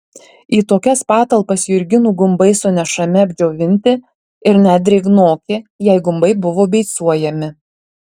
į tokias patalpas jurginų gumbai sunešami apdžiovinti ir net drėgnoki jei gumbai buvo beicuojami